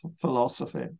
Philosophy